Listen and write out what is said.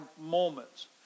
moments